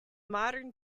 modern